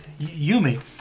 Yumi